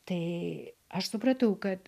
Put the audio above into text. tai aš supratau kad